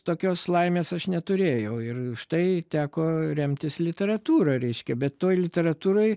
tokios laimės aš neturėjau ir štai teko remtis literatūra reiškia be toj literatūroj